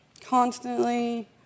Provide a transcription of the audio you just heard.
constantly